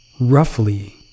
roughly